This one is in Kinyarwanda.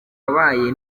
habayeho